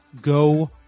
go